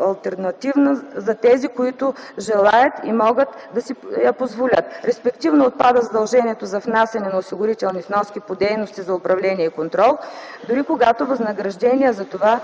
алтернативна за тези, които желаят и могат да си я позволят. Респективно отпада и задължението за внасяне на осигурителни вноски по дейности за управление и контрол, дори когато възнаграждения за това не